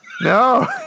No